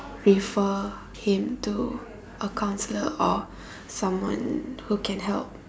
refer him to a counsellor or someone who can help